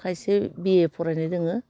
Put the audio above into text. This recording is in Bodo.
खायसे बिए फरायनाय दङो